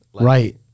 Right